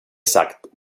sagt